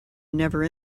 never